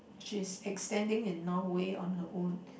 she's extending in Norway on her own